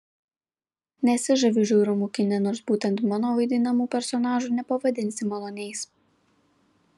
nesižaviu žiaurumu kine nors būtent mano vaidinamų personažų nepavadinsi maloniais